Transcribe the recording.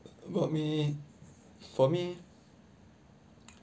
about me for me